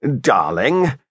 darling